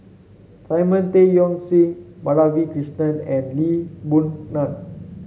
Simon Tay Seong Chee Madhavi Krishnan and Lee Boon Ngan